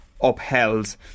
upheld